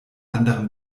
anderem